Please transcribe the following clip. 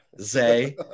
Zay